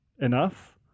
enough